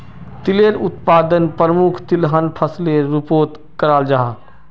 तिलेर उत्पादन प्रमुख तिलहन फसलेर रूपोत कराल जाहा